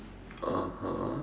(uh huh)